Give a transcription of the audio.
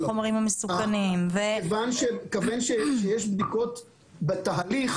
כיוון שיש בדיקות בתהליך